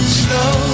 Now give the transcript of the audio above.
slow